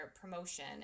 promotion